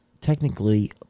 technically